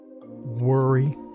Worry